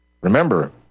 Remember